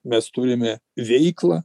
mes turime veiklą